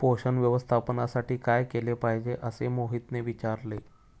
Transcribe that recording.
पोषण व्यवस्थापनासाठी काय केले पाहिजे असे मोहितने विचारले?